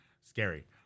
scary